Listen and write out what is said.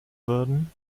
würden